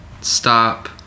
stop